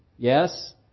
Yes